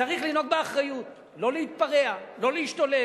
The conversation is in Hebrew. צריך לנהוג באחריות, לא להתפרע, לא להשתולל,